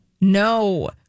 No